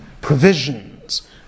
provisions